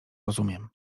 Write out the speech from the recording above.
rozumiem